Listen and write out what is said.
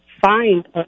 find